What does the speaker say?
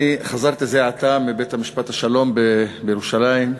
חזרתי זה עתה מבית-משפט השלום בירושלים.